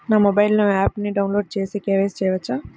నా మొబైల్లో ఆప్ను డౌన్లోడ్ చేసి కే.వై.సి చేయచ్చా?